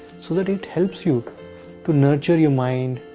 so that it helps you to nurture your mind,